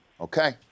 Okay